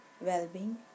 well-being